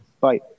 Bye